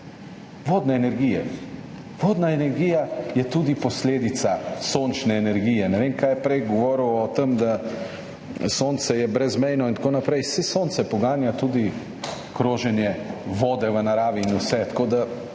Vodna energija je tudi posledica sončne energije. Ne vem, kaj ste prej govorili o tem, da je sonce brezmejno in tako naprej. Saj sonce poganja tudi kroženje vode v naravi in vse.